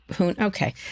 Okay